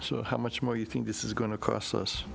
so how much more you think this is going to cost us